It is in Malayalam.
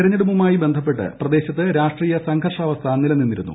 തെരഞ്ഞെടുപ്പുമായി ബന്ധപ്പെട്ട് പ്രദേശത്ത് രാഷ്ട്രീയ സംഘർഷാവസ്ഥ നിലനിന്നിരുന്നു